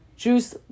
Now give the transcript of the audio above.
Juice